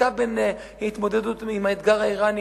זיקה בין ההתמודדות עם האתגר האירני